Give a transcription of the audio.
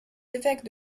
évêques